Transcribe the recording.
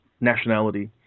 nationality